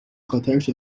خاطرش